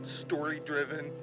story-driven